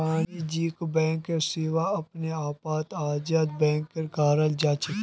वाणिज्यिक बैंक सेवा अपने आपत आजाद बैंक कहलाछेक